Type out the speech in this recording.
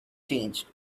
changed